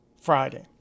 Friday